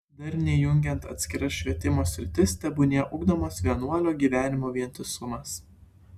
darniai jungiant atskiras švietimo sritis tebūnie ugdomas vienuolio gyvenimo vientisumas